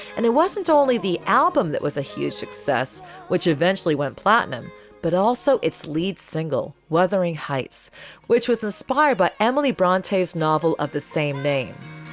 and it wasn't only the album that was a huge success which eventually went platinum but also its lead single wuthering heights which was inspired by emily brontes novel of the same names.